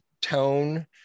tone